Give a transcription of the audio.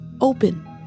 open